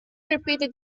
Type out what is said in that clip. repeated